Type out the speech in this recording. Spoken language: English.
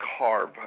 carb